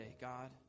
God